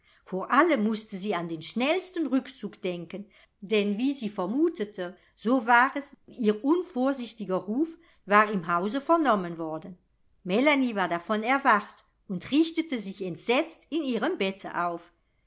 vor allem mußte sie an den schnellsten rückzug denken denn wie sie vermutete so war es ihr unvorsichtiger ruf war im hause vernommen worden melanie war davon erwacht und richtete sich entsetzt in ihrem bette auf